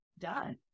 done